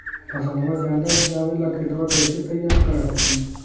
फसलबा ज्यादा उपजाबे ला खेतबा कैसे तैयार कर हखिन?